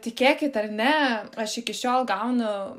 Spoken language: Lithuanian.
tikėkit ar ne aš iki šiol gaunu